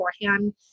beforehand